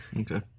Okay